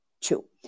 two